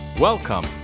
Welcome